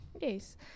Yes